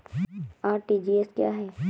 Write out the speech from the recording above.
RTGS क्या है?